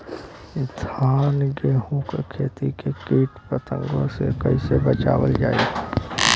धान गेहूँक खेती के कीट पतंगों से कइसे बचावल जाए?